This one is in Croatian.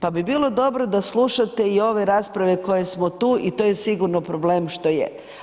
Pa bi bilo dobro da slušate i ove rasprave koje smo tu i to je sigurno problem što je.